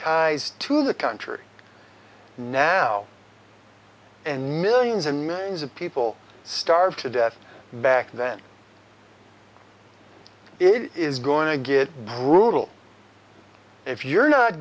ties to the country now and millions and millions of people starve to death back then it is going to get brutal if you're not